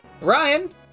Ryan